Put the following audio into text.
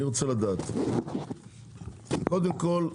קודם כול,